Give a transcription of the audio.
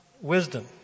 wisdom